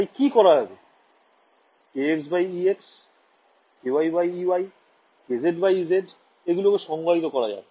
তাই কি করা যাবে kxex ky ey kz ez এগুলো কে সংজ্ঞায়িত করা যাক